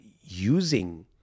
using